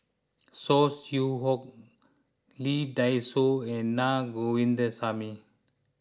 Saw Swee Hock Lee Dai Soh and Na Govindasamy